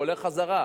זה הולך חזרה.